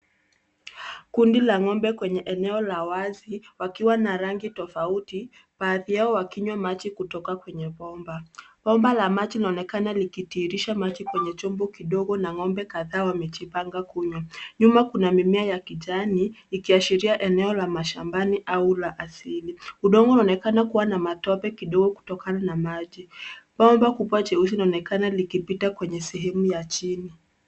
Kundi la ng’ombe lipo katika eneo la wazi, wakiwa na rangi tofauti. Wana kunywa maji kutoka kwenye bomba ambalo linaelekea kwenye chumbu kidogo, na kila ng’ombe linatembea karibu kunyoa maji. Nyuma kuna mashamba ya kitani, yanayoashiria kuwa eneo hili ni shambani au la asili. Udongo unaonekana kuwa na matope kidogo kutokana na maji yaliyotumika na ng’ombe